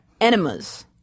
enemas